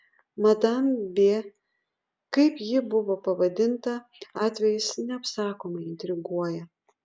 madam b kaip ji buvo pavadinta atvejis neapsakomai intriguoja